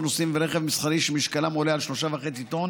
נוסעים ורכב מסחרי שמשקלם עולה על 3.5 טון